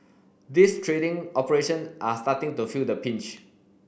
these trading operation are starting to feel the pinch